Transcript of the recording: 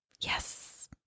Yes